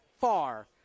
far